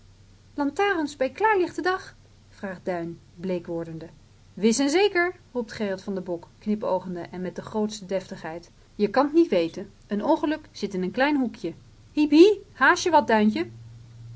lantarens bij klaarlichten dag vraagt duin bleek wordende wis en zeker roept gerrit van den bok knipoogende en met de grootste deftigheid je kan t niet weten een ongeluk zit in een klein hoekje hiep hie haastje wat duintje